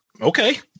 Okay